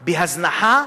בהזנחה,